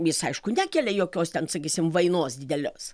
jis aišku nekelia jokios ten sakysim vainos didelios